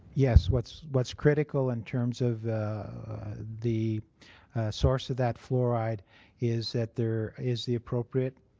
yes. what's what's critical in terms of the source of that fluoride is that there is the appropriate